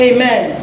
Amen